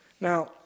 Now